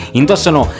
indossano